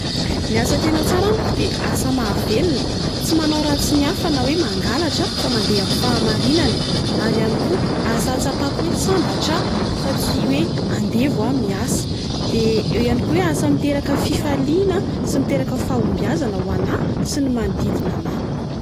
Ny asa tena tsara amiko dia asa mahavelona. Tsy manao ratsy ny hafa na hoe mangalatra fa mandeha amin'ny fahamarinana. Ary ihany koa asa ahatsapako hoe sambatra aho, fa tsy hoe andevo aho miasa. De eo ihany koa hoe asa mitereka fifaliana sy miteraka fahombiazana ho anà sy ny manodidina anà.